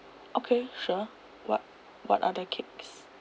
okay sure what what are the cakes